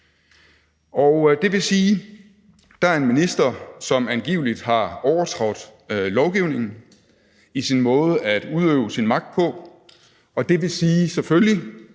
Det vil sige, at der er en minister, som angiveligt har overtrådt lovgivningen i sin måde at udøve sin magt på, og det vil sige, selvfølgelig,